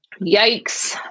Yikes